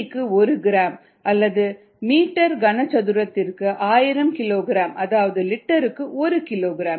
க்கு 1 கிராம் அல்லது மீட்டர் கனசதுரத்திற்கு 1000 ம் கிலோகிராம் அதாவது லிட்டருக்கு 1 கிலோகிராம்